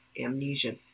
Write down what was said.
amnesia